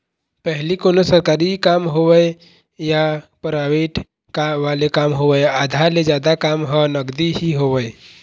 पहिली कोनों सरकारी काम होवय या पराइवेंट वाले काम होवय आधा ले जादा काम ह नगदी ही होवय